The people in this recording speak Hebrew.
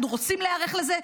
אנחנו רוצים להיערך לזה.